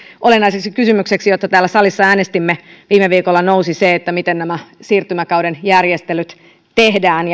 olennaiseksi kysymykseksi josta täällä salissa äänestimme viime viikolla nousi se miten nämä siirtymäkauden järjestelyt tehdään